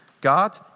God